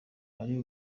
hari